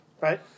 right